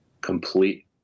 complete